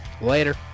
Later